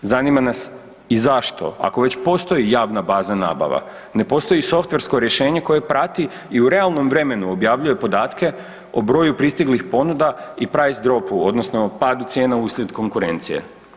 Zanima nas i zašto, ako već postoji javna baza nabava, ne postoji softversko rješenje koje prati i u realnom vremenu objavljuje podatke o broju pristiglih ponuda i price dropu, odnosno padu cijena uslijed konkurencije.